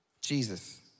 Jesus